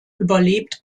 überlebt